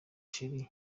cheri